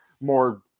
more